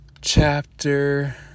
Chapter